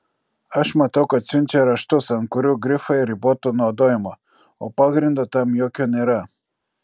aš matau kad siunčia raštus ant kurių grifai riboto naudojimo o pagrindo tam jokio nėra